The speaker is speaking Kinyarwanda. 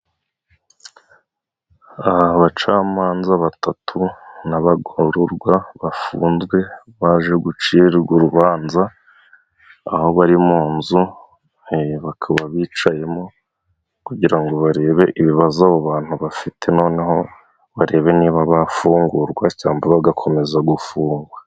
Abacamanza batatu n'abagororwa bafunzwe baje gucirwa urubanza. Aho bari mu nzu bakaba bicayemo kugira ngo barebe ibibazo abo bantu bafite. Noneho barebe niba bafungurwa cyangwa namba bagakomeza gufungwa.